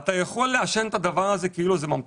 אתה יכול לעשן את הדבר הזה כאילו הוא ממתק.